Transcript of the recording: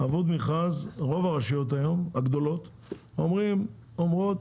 רוב הרשויות הגדולות אומרות